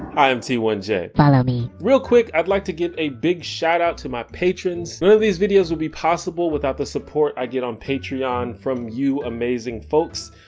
i'm t one j. follow me! real quick i'd like to give a big shoutout to my patrons. none of these videos would be possible without the support i get on patreon from you amazing folks,